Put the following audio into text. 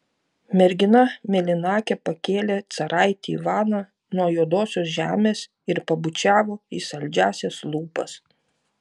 mergina mėlynakė pakėlė caraitį ivaną nuo juodosios žemės ir pabučiavo į saldžiąsias lūpas